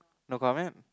no comment